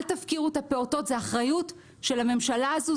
זה אחריות של הממשלה הזאת,